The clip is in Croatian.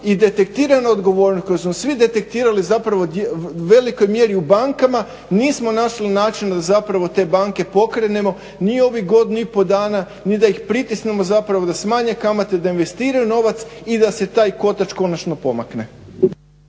i detektirane odgovornosti … detektirali u velikoj mjeri u bankama nismo našli načina da te banke pokrenemo ni ovih godinu i pol dana ni da ih pritisnemo da smanje kamate da investiraju novac i da se taj kotač konačno pomakne.